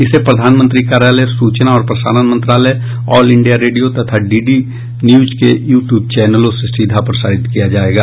इसे प्रधानमंत्री कार्यालय सूचना और प्रसारण मंत्रालय ऑल इंडिया रेडियो तथा डी डी न्यूज के यू ट्यूब चैनलों से सीधा प्रसारित किया जायेगा